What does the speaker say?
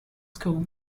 school